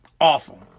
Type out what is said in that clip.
Awful